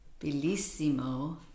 Bellissimo